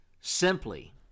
simply